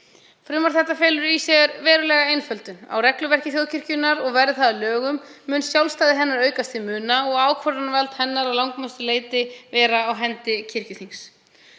Frumvarp þetta felur í sér verulega einföldun á regluverki þjóðkirkjunnar og verði það að lögum mun sjálfstæði hennar aukast til muna og ákvörðunarvald hennar að langmestu leyti vera á hendi kirkjuþings.